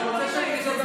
אתה מדבר?